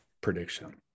prediction